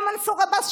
גם מנסור עבאס,